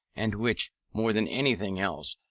and which, more than anything else,